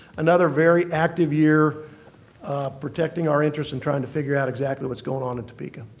another very active year protecting our interests and trying to figure out exactly what's going on in topeka.